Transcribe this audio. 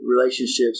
relationships